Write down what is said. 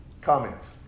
Comments